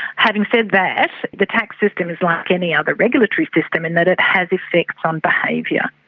having said that, the tax system is like any other regulatory system in that it has effects on behaviour.